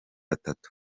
atatu